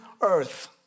earth